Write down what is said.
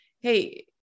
Hey